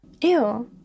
Ew